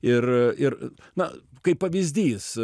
ir ir na kaip pavyzdys